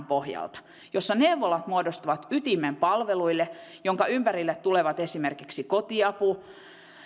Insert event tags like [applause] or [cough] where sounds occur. [unintelligible] pohjalta jossa neuvolat muodostavat palveluille ytimen jonka ympärille tulevat esimerkiksi kotiapu